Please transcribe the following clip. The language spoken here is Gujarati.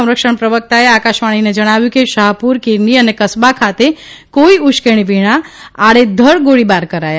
સંરક્ષણ પ્રવકતાએ આકાશવાણીને જણાવ્યું કે શાહપુર કીરની અને કસબા ખાતે કોઇ ઉશ્કેરણી વિના આડેધડ ગોળીબાર કરાયા